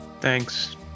Thanks